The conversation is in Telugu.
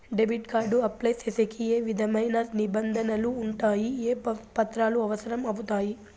డెబిట్ కార్డు అప్లై సేసేకి ఏ విధమైన నిబంధనలు ఉండాయి? ఏ పత్రాలు అవసరం అవుతాయి?